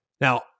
Now